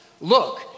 look